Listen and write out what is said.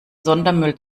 sondermüll